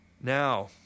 Now